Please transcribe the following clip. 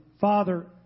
father